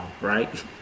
right